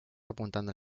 apuntando